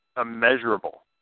immeasurable